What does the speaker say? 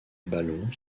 ballons